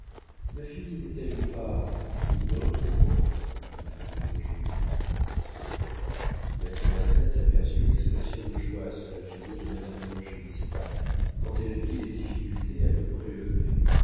ma fille n'est-elle pas une autre moi dit madame évangélista maître mathias aperçut une expression de joie sur la figure de madame évangélista quand elle vit les difficultés à peu près levées